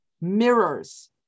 mirrors